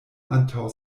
antaŭ